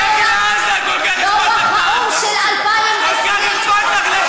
דור שלם שלא יצא מעזה.